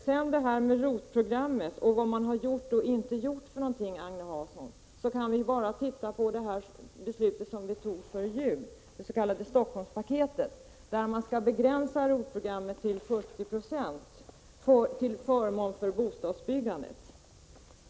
När det gäller ROT-programmet och vad man har gjort och inte gjort, Agne Hansson, vill jag peka på det beslut som fattades före jul om det s.k. Stockholmspaketet, där man skall begränsa ROT-programmet till 70 9 till förmån för bostadsbyggande.